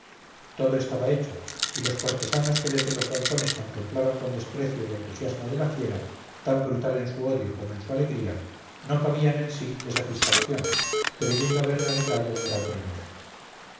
todo estaba hecho y los cortesanos que desde los balcones contemplaban con desprecio el entusiasmo de la fiera tan brutal en su odio como en su alegría no cabían en sí de satisfacción creyendo haber realizado un gran prodigio